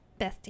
Bestie